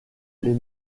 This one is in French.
les